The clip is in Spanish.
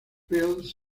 fields